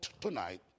tonight